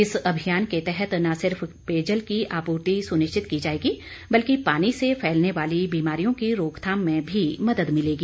इस अभियान के तहत न सिर्फ पेयजल की आपूर्ति सुनिश्चित की जाएगी बल्कि पानी से फैलने वाली बीमारियों की रोकथाम में भी मदद मिलेगी